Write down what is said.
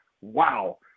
wow